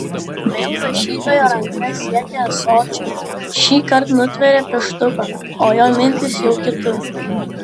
vėl rašytojo ranka siekia ąsočio šįkart nutveria pieštuką o jo mintys jau kitur